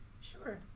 Sure